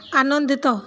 ଆନନ୍ଦିତ